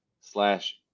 slash